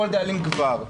כל דאלים גבר.